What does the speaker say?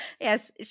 yes